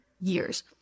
years